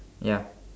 ya